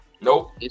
nope